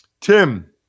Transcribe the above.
Tim